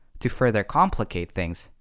to further complicate things,